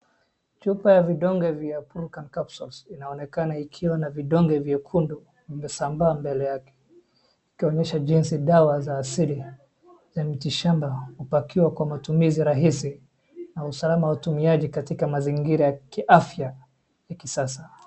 Chupa ya vidonge vya Prucan capsules inaonekana ikiwa na vidonge vyekundu vilivyosambaa mbele yake ikionyesha jinsi dawa za asili za miti shamba hupakiwa kwa matumizi rahisi na usalama wa watumiaji katika mazingira ya kiafya ya kisasa.